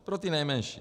Pro ty nejmenší.